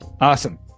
Awesome